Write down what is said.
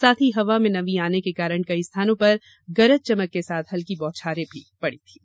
साथ ही हवा में नमी आने के कारण कई स्थानों पर गरज चमक के साथ हल्की बौछारें पड़ी थीं